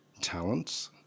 talents